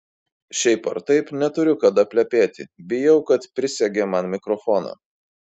šiaip ar taip neturiu kada plepėti bijau kad prisegė man mikrofoną